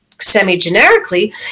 semi-generically